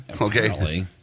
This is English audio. Okay